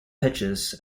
pitches